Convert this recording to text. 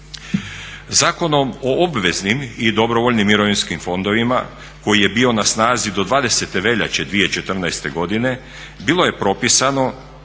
Zakonom o obveznim i dobrovoljnim mirovinskim fondovima koji je bio na snazi do 20. veljače 2014. godine bilo je propisano